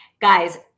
guys